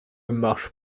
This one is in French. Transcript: marche